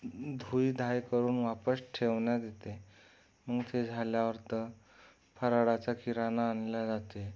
धुई धाय करून वापस ठेवण्यात येते मग ते झाल्यावर तर फराळाचा किराणा आणला जाते